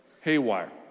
haywire